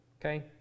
okay